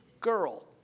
girl